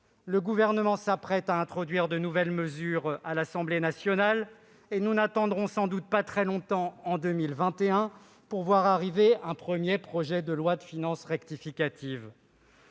Le Gouvernement s'apprête en effet à introduire de nouvelles mesures à l'Assemblée nationale, et nous n'attendrons sans doute pas très longtemps en 2021 pour voir arriver un premier projet de loi de finances rectificative.